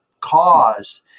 cause